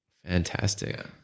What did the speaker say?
Fantastic